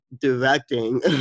directing